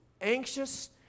anxious